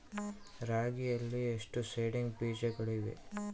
ರಾಗಿಯಲ್ಲಿ ಎಷ್ಟು ಸೇಡಿಂಗ್ ಬೇಜಗಳಿವೆ?